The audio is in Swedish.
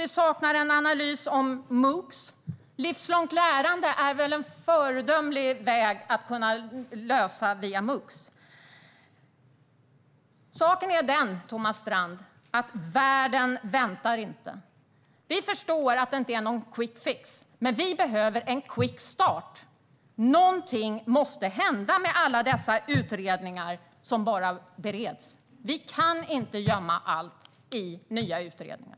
Vi saknar en analys om MOOC, som väl är en föredömlig väg för livslångt lärande. Saken är den, Thomas Strand, att världen inte väntar. Vi förstår att det inte finns någon quick fix. Men det behövs en quick start. Någonting måste hända med alla dessa utredningar som bara bereds. Man kan inte gömma allt i nya utredningar.